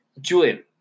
Julian